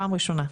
פעם ראשונה.